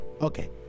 Okay